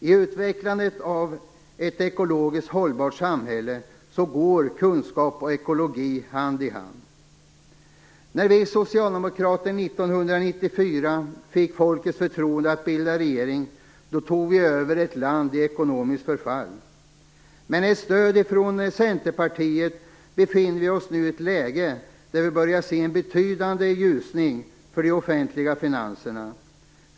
I utvecklandet av ett ekologiskt hållbart samhälle går kunskap och ekologi hand i hand. När vi socialdemokrater 1994 fick folkets förtroende att bilda regering tog vi över ett land i ekonomiskt förfall. Med stöd från Centerpartiet befinner vi oss nu i ett läge där vi börjar se en betydande ljusning för de offentliga finanserna.